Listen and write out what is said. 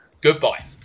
goodbye